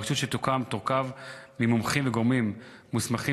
הרשות שתוקם תורכב ממומחים ומגורמים מוסמכים,